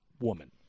woman